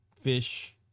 fish